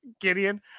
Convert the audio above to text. Gideon